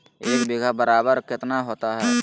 एक बीघा बराबर कितना होता है?